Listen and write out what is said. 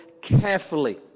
carefully